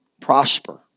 prosper